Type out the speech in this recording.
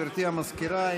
גברתי המזכירה,